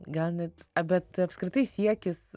gal net bet apskritai siekis